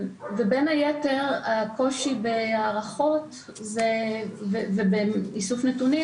בין היתר הקושי בהערכות ובאיסוף נתונים